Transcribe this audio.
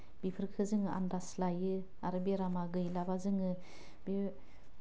बेफोरखो जोङो आनदास लायो आरो बेरामा गैलाबा जोङो बे